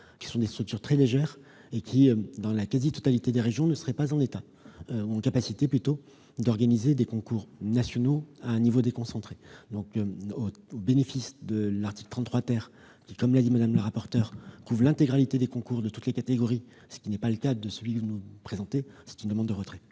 qui sont des structures très légères et qui, dans la quasi-totalité des régions, ne seraient pas en capacité d'organiser des concours nationaux à un échelon déconcentré. Ainsi, au bénéfice de l'article 33 , qui, comme l'a dit Mme la rapporteur, couvre l'intégralité des concours de toutes catégories- ce qui n'est pas le cas de l'amendement défendu -, je demande le retrait